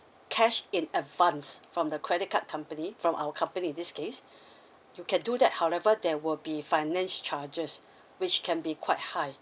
cash in advance from the credit card company from our company in this case you can do that however there will be finance charges which can be quite high